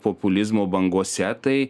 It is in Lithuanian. populizmo bangose tai